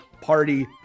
party